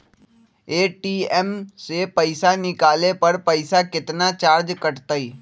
ATM से पईसा निकाले पर पईसा केतना चार्ज कटतई?